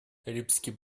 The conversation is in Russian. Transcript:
карибский